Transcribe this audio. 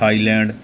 Thailand